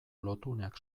lotuneak